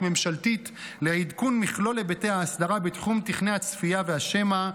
ממשלתית לעדכון מכלול היבטי האסדרה בתחום תוכני הצפייה והשמע.